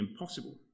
impossible